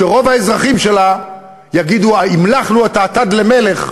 שרוב האזרחים שלה יגידו: המלכנו את האטד למלך.